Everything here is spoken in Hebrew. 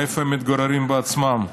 איפה הם מתגוררים בעצמם.